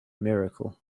miracle